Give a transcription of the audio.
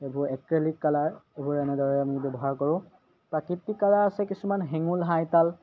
এইবোৰ acrylic colour এইবোৰ এনেদৰে আমি ব্যৱহাৰ কৰোঁ প্ৰাকৃতিক কালাৰ আছে কিছুমান হেঙুল হাইতাল